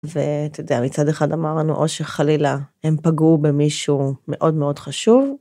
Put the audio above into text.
ואתה יודע, מצד אחד אמר לנו, או שחלילה הם פגעו במישהו מאוד מאוד חשוב.